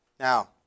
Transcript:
Now